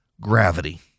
gravity